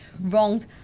wronged